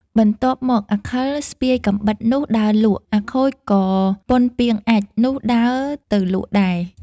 បន្ទាប់មកអាខិលស្ពាយកាំបិតនោះដើរលក់ អាខូចក៏ពុនពាងអាចម៏ នោះដើរទៅលក់ដែរ។